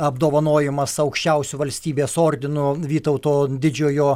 apdovanojimas aukščiausiu valstybės ordinu vytauto didžiojo